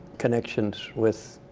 connections with